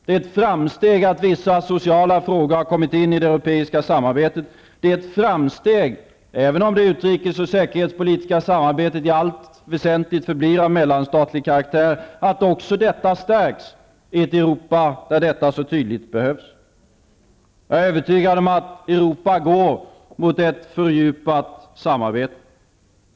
Det är ett framsteg att vissa sociala frågor har kommit in i det europeiska samarbetet. Det är ett framsteg, även om det utrikespolitiska och säkerhetspolitiska samarbetet i allt väsentligt förblir av mellanstatlig karaktär, att också detta samarbete stärks i ett Europa där detta så tydligt behövs. Jag är övertygad om att Europa går mot ett fördjupat samarbete.